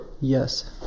Yes